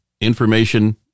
information